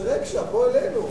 זה ריק שם, בוא אלינו.